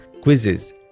quizzes